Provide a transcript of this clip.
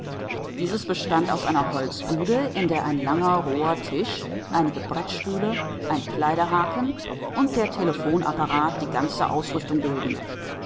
dieses besteht aus einer holzbude in der ein langer roher tisch einige brettstühle ein kleiderhaken und der telephonapparat die ganze ausrüstung bilden